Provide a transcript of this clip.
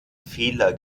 fehler